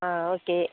ஆ okay